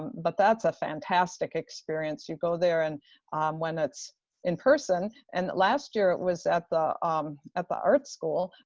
but that's a fantastic experience you go there, and when it's in person, and last year it was at the um at the art school,